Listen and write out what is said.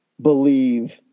believe